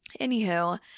anywho